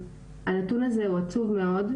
הנתון הזה הוא עצוב מאוד,